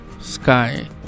sky